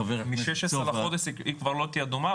מה-16 לחודש היא כבר לא תהיה אדומה,